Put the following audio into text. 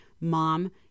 mom